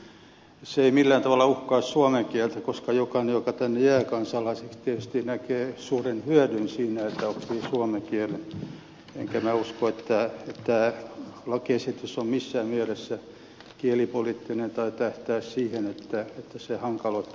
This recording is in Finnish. se ei millään tavalla uhkaa suomen kieltä koska jokainen joka tänne jää kansalaiseksi tietysti näkee suuren hyödyn siinä että oppii suomen kielen enkä minä usko että tämä lakiesitys on missään mielessä kielipoliittinen tai tähtäisi siihen että se hankaloittaisi suomen kielen asemaa